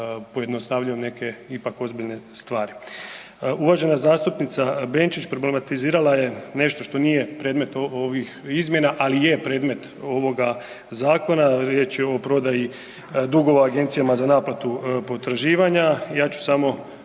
pojednostavljujem neke ipak ozbiljne stvari. Uvažena zastupnica Benčić problematizirala je nešto što nije predmet ovih izmjena, ali je predmet ovoga zakona. Riječ je o prodaji dugova Agencijama za naplatu potraživanja. Ja ću samo